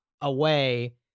away